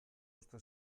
uste